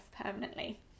permanently